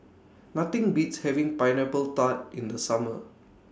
Nothing Beats having Pineapple Tart in The Summer